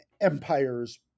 empires